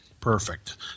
Perfect